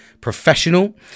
professional